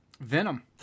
Venom